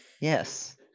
Yes